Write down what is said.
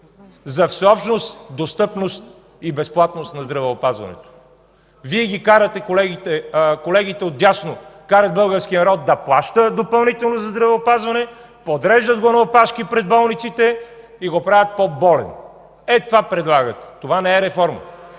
за всеобщност, достъпност и безплатност на здравеопазването. Колегите от дясно карате българския народ да плаща допълнително за здравеопазване, да се подрежда на опашки пред болниците и го правите по-болен. Ето това предлагате. Това не е реформа,